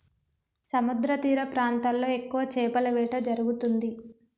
సముద్రతీర ప్రాంతాల్లో ఎక్కువ చేపల వేట జరుగుతుంది